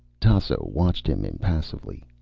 tasso watched him impassively.